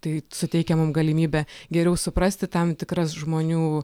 tai suteikia mum galimybę geriau suprasti tam tikras žmonių